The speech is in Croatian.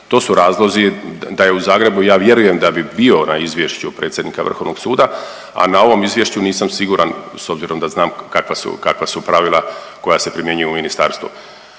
to su razlozi, da je u Zagrebu ja vjerujem da bi bio na izvješću predsjednika vrhovnog suda, a na ovom izvješću nisam siguran s obzirom da znam kakva su, kakva su pravila koja se primjenjuju u ministarstvu.